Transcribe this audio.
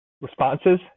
responses